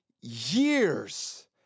years